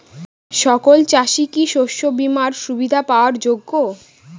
সকল চাষি কি শস্য বিমার সুবিধা পাওয়ার যোগ্য?